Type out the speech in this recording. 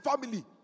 family